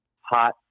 hot